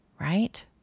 right